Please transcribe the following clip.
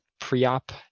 pre-op